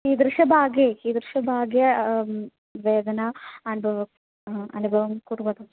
कीदृशभागे कीदृशभागे वेदना अनुभवः अनुभवं करोति